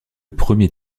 premier